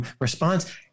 response